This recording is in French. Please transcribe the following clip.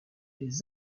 les